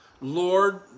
Lord